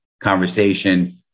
conversation